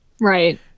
right